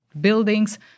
buildings